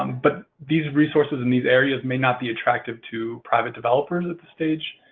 um but these resources and these areas may not be attractive to private developers at this stage.